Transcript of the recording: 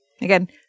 again